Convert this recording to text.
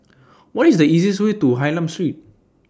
What IS The easiest Way to Hylam Street